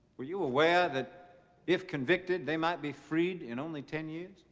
were you aware that if convicted they might be freed in only ten years?